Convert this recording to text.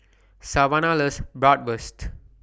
Savanna loves Bratwurst